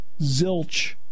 Zilch